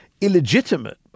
illegitimate